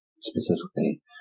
specifically